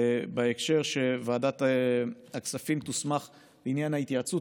בהקשר הזה שוועדת הכספים תוסמך בעניין ההתייעצות,